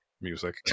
music